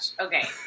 Okay